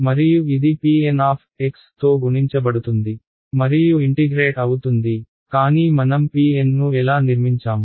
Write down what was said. మరియు ఇది pN తో గుణించబడుతుంది మరియు ఇంటిగ్రేట్ అవుతుంది కానీ మనం pN ను ఎలా నిర్మించాము